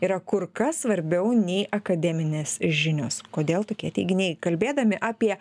yra kur kas svarbiau nei akademinės žinios kodėl tokie teiginiai kalbėdami apie